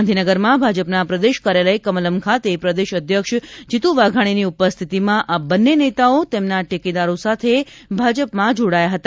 ગાંધીનગરમાં ભાજપના પ્રદેશ કાર્યાલય કમલમ ખાતે પ્રદેશ અધ્યક્ષ શ્રી જીતુ વાઘાણીની ઉપસ્થિતિમાં આ બંને નેતાઓ તેમના ટેકેદારો સાથે ભાજપમાં જોડાયા હતા